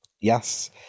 Yes